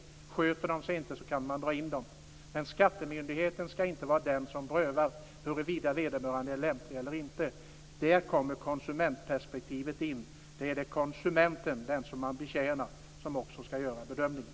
Om de inte sköter sig kan man dra in den. Men skattemyndigheten skall inte vara den som prövar huruvida vederbörande är lämplig eller inte. Där kommer konsumentperspektivet in. Det är konsumenten, den som man betjänar, som också skall göra bedömningen.